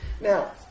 Now